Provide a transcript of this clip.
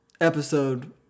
episode